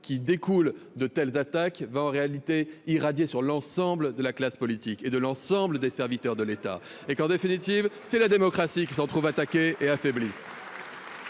qui découle de telles attaques va en réalité irradié sur l'ensemble de la classe politique et de l'ensemble des serviteurs de l'État et qu'en définitive, c'est la démocratie qui se attaqués et affaiblis.